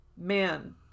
man